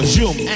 Zoom